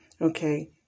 Okay